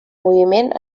moviment